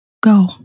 go